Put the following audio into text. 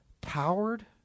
powered